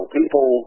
people